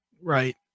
Right